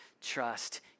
trust